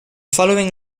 following